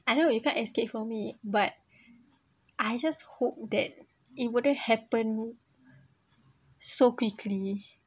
I know we can't escape from it but I just hope that it wouldn't happen so quickly